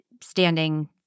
standing